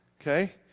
okay